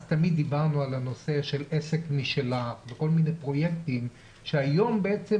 אז תמיד דיברנו על כל מיני פרויקטים שהיום בעצם